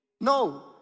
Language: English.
No